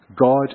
God